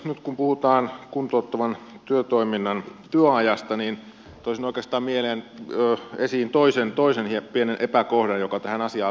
nyt kun puhutaan kuntouttavan työtoiminnan työajasta niin toisin oikeastaan esiin toisen pienen epäkohdan joka tähän asiaan liittyy